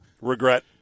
regret